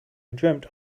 dreamt